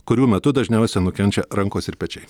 kurių metu dažniausia nukenčia rankos ir pečiai